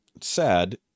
sad